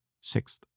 Sixth